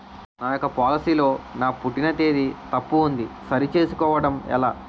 నా యెక్క పోలసీ లో నా పుట్టిన తేదీ తప్పు ఉంది సరి చేసుకోవడం ఎలా?